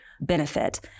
benefit